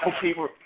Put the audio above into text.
People